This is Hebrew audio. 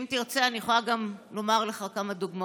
אם תרצה, אני גם יכולה להביא לך כמה דוגמאות.